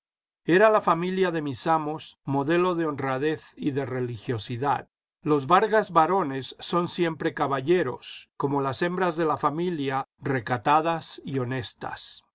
era la familia de mis amos modelo de honradez y de religiosidad los vargas varones son siempre caballeros como las hembras de la famiha recatadas y honestas